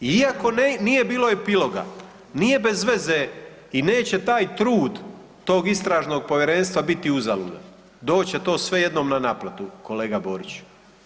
Iako nije bilo epiloga, nije bez veze i neće taj trud tog istražnog povjerenstva biti uzaludan, doći će to sve jednom na naplatu kolega Boriću.